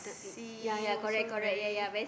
see also very